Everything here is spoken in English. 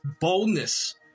boldness